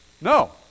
No